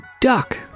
duck